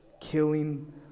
killing